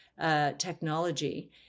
technology